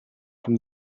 from